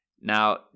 Now